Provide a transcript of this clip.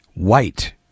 White